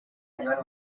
anyone